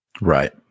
Right